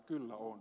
kyllä on